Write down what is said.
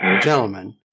gentlemen